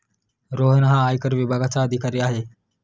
रोहन हा आयकर विभागाचा अधिकारी आहे